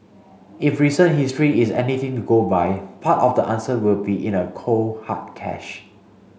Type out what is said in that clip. if recent history is anything to go by part of the answer will be in a cold hard cash